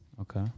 Okay